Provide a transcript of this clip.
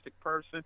person